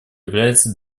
является